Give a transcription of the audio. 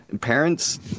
parents